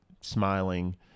smiling